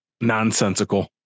nonsensical